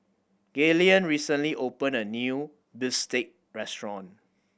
Gaylen recently opened a new bistake restaurant